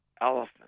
elephant